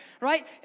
Right